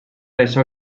això